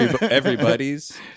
Everybody's